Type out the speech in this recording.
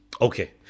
Okay